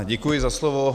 Děkuji za slovo.